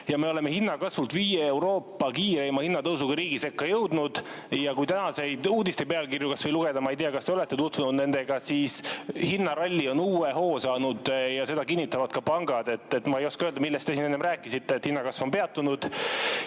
Me oleme hinnakasvult Euroopa viie kiireima hinnatõusuga riigi sekka jõudnud. Kui tänaseid uudiste pealkirju lugeda – ma ei tea, kas te olete tutvunud nendega –, siis hinnaralli on uue hoo saanud ja seda kinnitavad ka pangad. Ma ei oska öelda, millest te siin enne rääkisite, [kui ütlesite,] et